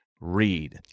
read